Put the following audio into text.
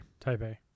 Taipei